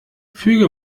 füge